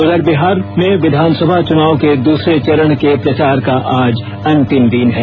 उधर बिहार में विधानसभा चुनाव के दूसरे चरण के प्रचार का आज अंतिम दिन है